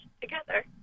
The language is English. together